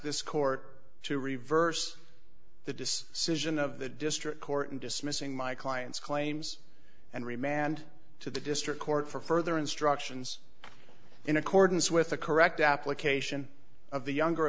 this court to reverse the decision of the district court in dismissing my client's claims and remand to the district court for further instructions in accordance with a correct application of the younger